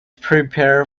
prepare